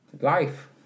life